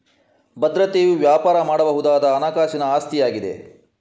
ಭದ್ರತೆಯು ವ್ಯಾಪಾರ ಮಾಡಬಹುದಾದ ಹಣಕಾಸಿನ ಆಸ್ತಿಯಾಗಿದೆ